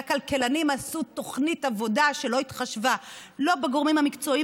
והכלכלנים עשו תוכנית עבודה שלא התחשבה לא בגורמים המקצועיים